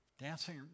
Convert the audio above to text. Dancing